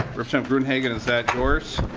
gruenhagen is that yours?